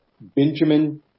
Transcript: Benjamin